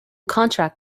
contract